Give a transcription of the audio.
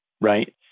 right